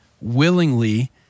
willingly